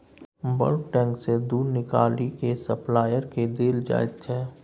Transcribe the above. bulk tank सँ दुध निकालि केँ सप्लायर केँ देल जाइत छै